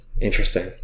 interesting